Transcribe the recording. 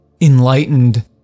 enlightened